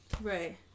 Right